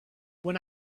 when